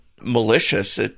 malicious